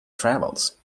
travels